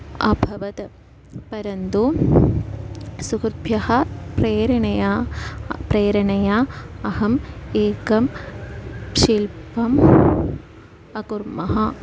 अभवत् परन्तु सुहृद्भ्यः प्रेरणेया प्रेरणया अहम् एकं शिल्पम् अकरवम्